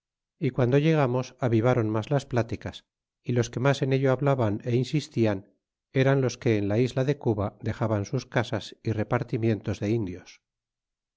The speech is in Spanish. y guando llegamos aviváron mas las pláticas y los que mas en ello hablaban ó insistian eran los que en la isla de cuba dexaban sus casas y repartimientos de indios